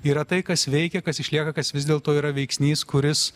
yra tai kas veikia kas išlieka kas vis dėlto yra veiksnys kuris